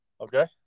Okay